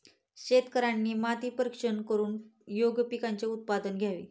शेतकऱ्यांनी माती परीक्षण करून योग्य पिकांचे उत्पादन घ्यावे